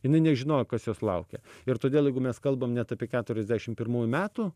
jinai nežinojo kas jos laukia ir todėl jeigu mes kalbam net apie keturiasdešim pirmųjų metų